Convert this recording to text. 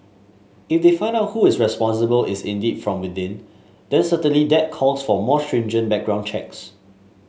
if they find out who is responsible is indeed from within then certainly that calls for more stringent background checks